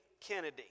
Kennedy